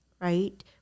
right